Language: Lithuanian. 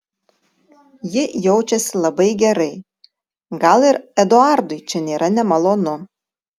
ji jaučiasi labai gerai gal ir eduardui čia nėra nemalonu